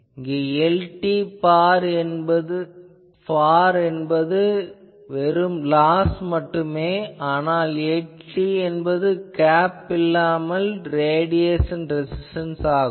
இங்கு Lr far என்பது loss மட்டும் ஆனால் Lr கேப் இல்லாமல் ரேடியேசன் ரெசிஸ்டன்ஸ் ஆகும்